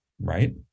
right